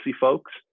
folks